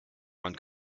man